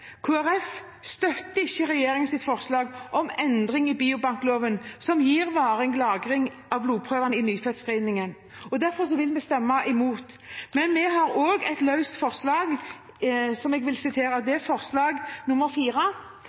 støtter ikke regjeringens forslag om endring i biobankloven som gir varig lagring av blodprøvene i nyfødtscreeningen, og derfor vil vi stemme imot. Men vi har også et løst forslag som jeg vil sitere,